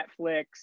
Netflix